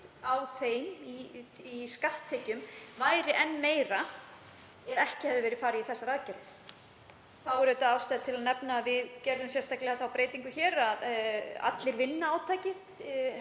á þeim í skatttekjum væri enn meira ef ekki hefði verið farið í slíkar aðgerðir. Þá er ástæða til að nefna að við gerðum sérstaklega breytingu hér þannig að átakið